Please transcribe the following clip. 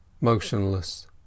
motionless